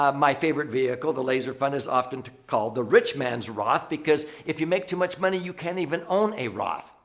um my favorite vehicle the laser fund is often called the rich man's roth because if you make too much money, you can't even own a roth.